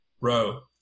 row